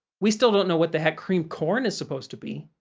we still don't know what the heck creamed corn is supposed to be.